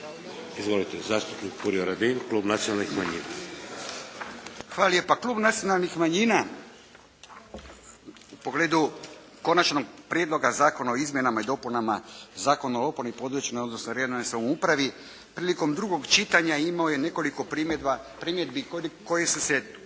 Izvolite zastupnik Furio Radin, klub nacionalnih manjina! **Radin, Furio (Nezavisni)** Hvala lijepa. Klub nacionalnih manjina u pogledu Konačnog prijedloga zakona o izmjenama i dopunama Zakona o lokalnoj i područnoj odnosno regionalnoj samoupravi prilikom drugog čitanja imao je nekoliko primjedbi koje su se